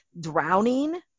drowning